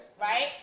Right